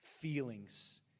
feelings